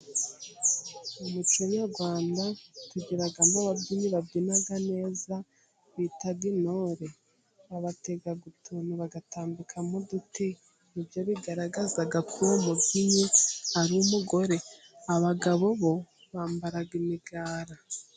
Umuco nyarwanda tugeramo ababyinnyi babyina neza bita intore, abatega utuntu bagatambikamo uduti ibyo bigaragazaga ko uwo mubyinnyi ari umugore, abagabo bo bambara imigara.